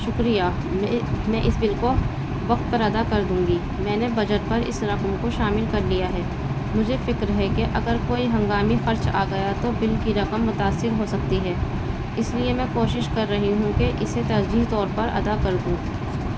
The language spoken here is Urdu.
شکریہ میں میں اس بل کو وقت پر ادا کر دوں گی میں نے بجٹ پر اس رقم کو شامل کر لیا ہے مجھے فکر ہے کہ اگر کوئی ہنگامی خرچ آ گیا تو بل کی رقم متاثر ہو سکتی ہے اس لیے میں کوشش کر رہی ہوں کہ اسے ترجیح طور پر ادا کر دوں